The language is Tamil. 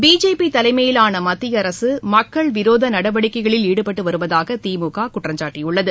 பிஜேபி தலைமையிலான மத்திய அரசு மக்கள் விரோத நடவடிக்கைகளில் ஈடுபட்டு வருவதாக திமுக குற்றம் சாட்டியுள்ளது